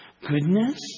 goodness